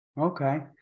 okay